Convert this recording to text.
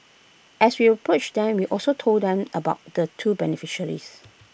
as we approached them we also told them about the two beneficiaries